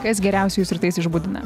kas geriausiai jus rytais išbudina